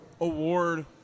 award